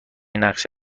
نقش